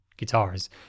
Guitars